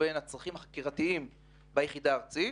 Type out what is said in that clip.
לבין הצרכים החקירתיים ביחידה הארצית,